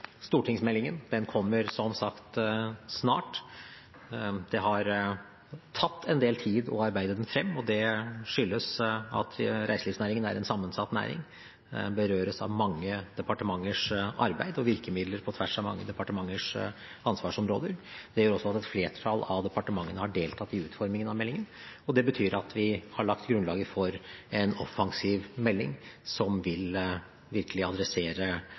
stortingsmeldingen, den kommer som sagt snart. Det har tatt en del tid å arbeide den frem, og det skyldes at reiselivsnæringen er en sammensatt næring. Den berøres av mange departementers arbeid og virkemidler på tvers av mange departementers ansvarsområder. Det gjør også at et flertall av departementene har deltatt i utformingen av meldingen, og det betyr at vi har lagt grunnlaget for en offensiv melding, som virkelig vil adressere